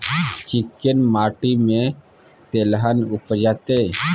चिक्कैन माटी में तेलहन उपजतै?